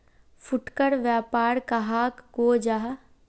फुटकर व्यापार कहाक को जाहा?